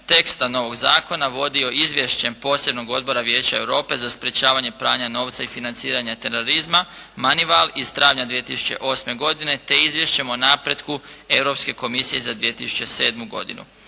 teksta novog zakona vodio izvješćem posebnog Odbora Vijeća Europe za sprečavanje pranja novca i financiranja terorizma Manival iz travnja 2008. godine te izvješćem o napretku Europske komisije za 2007. godinu.